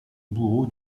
bourreau